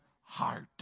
heart